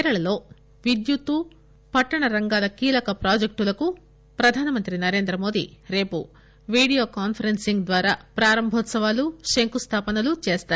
కేరళలో విద్యుత్ పట్టణ రంగాల కీలక ప్రాజెక్టులకు ప్రధానమంత్రి నరేంద్రమోదీ రేపు వీడియో కాన్సరెన్పింగ్ ద్వారా ప్రారంభోత్సవాలు శంకుస్థాపనలు చేస్తారు